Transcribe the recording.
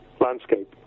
landscape